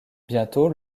bientôt